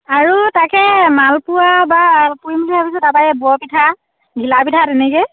আৰু তাকে মালপোৱা বা পুৰিম বুলি ভাবিছোঁ তাৰপৰা এই বৰপিঠা ঘিলাপিঠা তেনেকৈয়ে